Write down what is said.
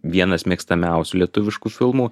vienas mėgstamiausių lietuviškų filmų